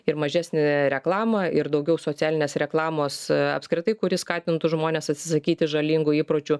ir mažesnė reklama ir daugiau socialinės reklamos apskritai kuri skatintų žmones atsisakyti žalingų įpročių